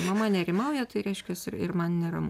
mama nerimauja tai reiškiasi ir man neramu